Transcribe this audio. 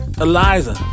Eliza